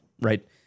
right